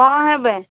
କ'ଣ ହେବେ